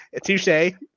t'ouche